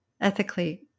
ethically